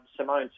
Simone